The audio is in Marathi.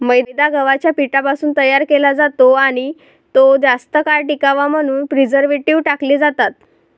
मैदा गव्हाच्या पिठापासून तयार केला जातो आणि तो जास्त काळ टिकावा म्हणून प्रिझर्व्हेटिव्ह टाकले जातात